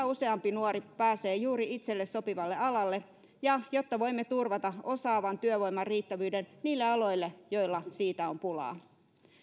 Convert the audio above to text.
useampi nuori pääsee juuri itselle sopivalle alalle ja jotta voimme turvata osaavan työvoiman riittävyyden niille aloille joilla siitä on pulaa